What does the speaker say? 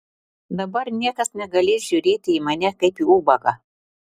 dabar niekas negalės žiūrėti į mane kaip į ubagą